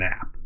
app